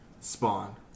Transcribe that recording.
Spawn